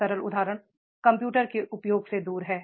सरल उदाहरण कंप्यूटर के उपयोग से दूर है